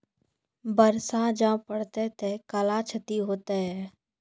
बरसा जा पढ़ते थे कला क्षति हेतै है?